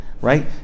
right